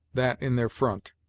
that in their front,